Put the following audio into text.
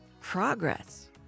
progress